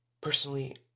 Personally